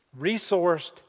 resourced